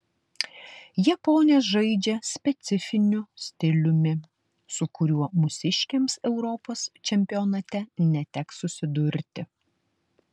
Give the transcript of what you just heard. japonės žaidžia specifiniu stiliumi su kuriuo mūsiškėms europos čempionate neteks susidurti